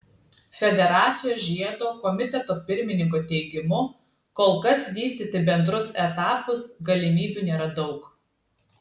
federacijos žiedo komiteto pirmininko teigimu kol kas vystyti bendrus etapus galimybių nėra daug